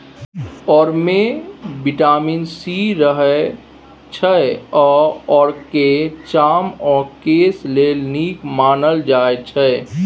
औरामे vitamin C रहय छै आ औराकेँ चाम आ केस लेल नीक मानल जाइ छै